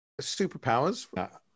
Superpowers